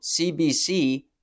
CBC